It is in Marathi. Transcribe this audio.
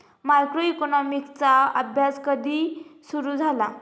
मायक्रोइकॉनॉमिक्सचा अभ्यास कधी सुरु झाला?